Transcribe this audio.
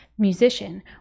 musician